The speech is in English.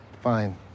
Fine